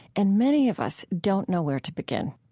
and many of us don't know where to begin.